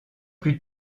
plus